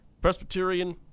Presbyterian